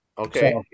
okay